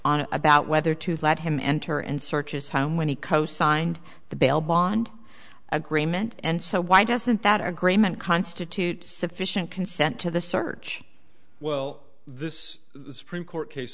on about whether to let him enter and search his home when he cosigned the bail bond agreement and so why doesn't that agreement constitute sufficient consent to the search well this supreme court case